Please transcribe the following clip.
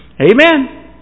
Amen